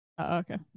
Okay